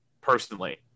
personally